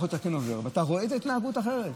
יכול להיות שאתה כן עובר ואתה רואה את ההתנהגות האחרת.